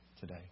today